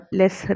less